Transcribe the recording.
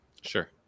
Sure